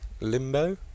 Limbo